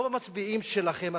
רוב המצביעים שלכם,